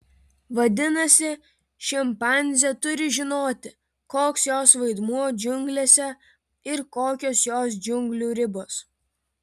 vadinasi šimpanzė turi žinoti koks jos vaidmuo džiunglėse ir kokios jos džiunglių ribos